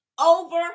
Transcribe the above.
over